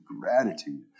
gratitude